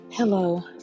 Hello